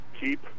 keep